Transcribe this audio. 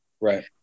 Right